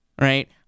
Right